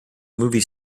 movie